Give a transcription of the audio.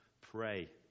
pray